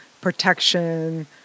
protection